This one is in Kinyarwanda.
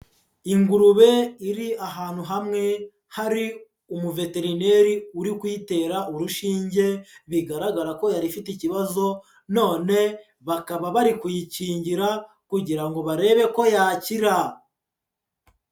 Ingurube iri ahantu hamwe hari umuveterineri uri kuyitera urushinge, bigaragara ko yari ifite ikibazo none bakaba bari kuyikingira kugira ngo barebe ko yakira.